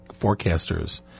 forecasters